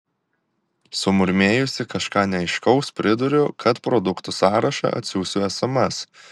sumurmėjusi kažką neaiškaus priduriu kad produktų sąrašą atsiųsiu sms